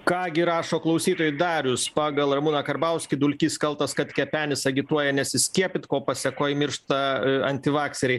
ką gi rašo klausytojai darius pagal ramūną karbauskį dulkys kaltas kad kepenis agituoja nesiskiepyt ko pasėkoj miršta antivakseriai